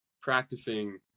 practicing